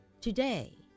today